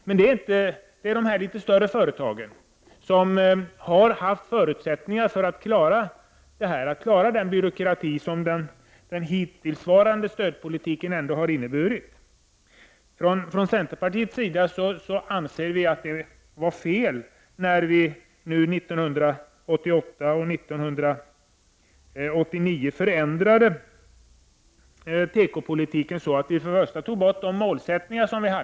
Det är de litet större företagen, som har haft förutsättningar för att klara den byråkrati som den hittillsvarande stödpolitiken har inneburit. Från centerpartiets sida anser vi att det var fel att 1988 och 1989 förändra tekopolitiken genom att ta bort målsättningarna.